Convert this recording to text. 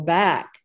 back